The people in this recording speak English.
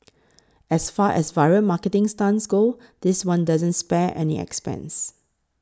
as far as viral marketing stunts go this one doesn't spare any expense